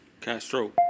Castro